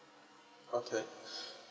okay